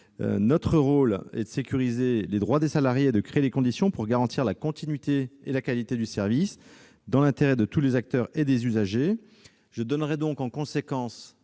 Notre rôle est de sécuriser les droits des salariés et de créer les conditions requises pour garantir la continuité et la qualité du service, dans l'intérêt de tous les acteurs et des usagers. Je donnerai en conséquence,